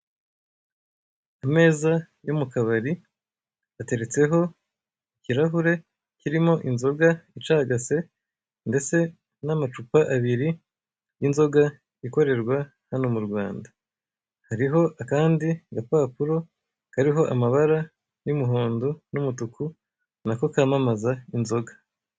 Ameza yo mu kabari, ateretseho ikirahure kirimo inzoga icagase, ndetse n'amacupa abiri y'inzoga ikorerwa hano mu Rwanda. Hariho akandi gapapuro kariho amabara y'umuhondo n'umutuku, na ko kamamaza inzoga.